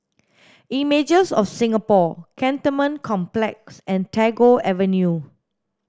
images of Singapore Cantonment Complex and Tagore Avenue